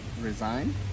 resign